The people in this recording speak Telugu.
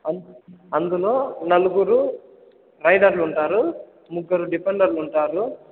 అం అందులో నలుగురు రైడర్లు ఉంటారు ముగ్గురు ఢిఫెండర్లు ఉంటారు